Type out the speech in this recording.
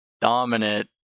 dominant